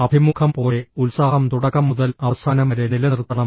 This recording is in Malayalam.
അഭിമുഖം പോലെ ഉത്സാഹം തുടക്കം മുതൽ അവസാനം വരെ നിലനിർത്തണം